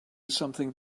something